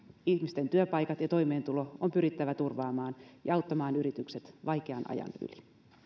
ihmisten työpaikat ja toimeentulo on pyrittävä turvaamaan ja auttamaan yritykset vaikean ajan yli